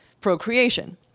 procreation